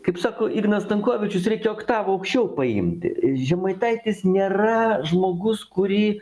kaip sako ignas stankovičius reikia oktava aukščiau paimti žemaitaitis nėra žmogus kurį